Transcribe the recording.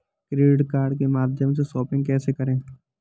Credit card के माध्यम से शॉपिंग कैसे करें?